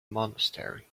monastery